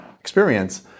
experience